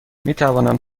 میتوانم